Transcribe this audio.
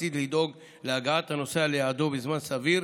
מעשית לדאוג להגעת הנוסע ליעדו בזמן סביר,